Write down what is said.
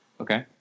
Okay